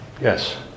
Yes